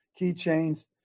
keychains